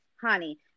honey